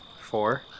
Four